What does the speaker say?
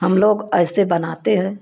हम लोग ऐसे बनाते हैं